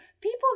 people